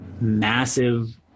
massive